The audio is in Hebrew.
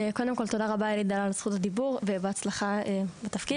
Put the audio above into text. קודם כל תודה רבה על זכות הדיבור ובהצלחה בתפקיד.